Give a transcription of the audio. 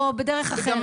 או בדרך אחרת.